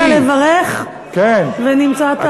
באת לברך ונמצאת,